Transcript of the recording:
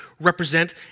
represent